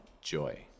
joy